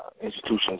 institutions